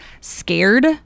scared